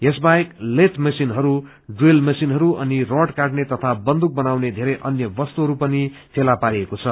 यसबाहेक लेष मशीनहरू ड्रील मीशनहरू अनि रड काट्रने तथा बन्दुक बनाउने धेरै अन्य वस्तुहरू फेला पारिएको छ